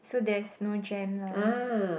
so there's no jam lah